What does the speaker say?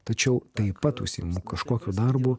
tačiau taip pat užsiimu kažkokiu darbu